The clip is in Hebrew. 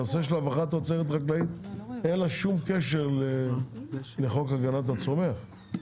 הנושא של הברחת תוצרת חקלאית אין לה שום קשר לחוק הגנת הצומח,